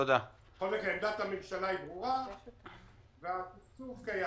בכל מקרה, עמדת הממשלה ברורה והתקצוב קיים.